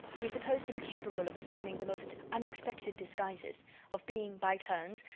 we supposed him capable of assuming the most unexpected disguises of being, by turns,